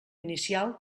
inicial